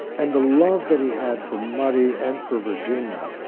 and the love that he had for muddy and for virginia